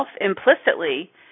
implicitly